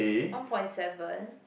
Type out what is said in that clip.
one point seven